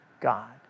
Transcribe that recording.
God